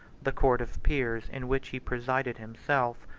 the court of peers, in which he presided himself,